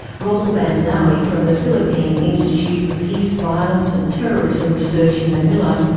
rommel banlaoi from the philippine institute for peace, violence and terrorism research in manila,